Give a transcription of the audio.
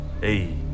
Hey